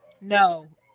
No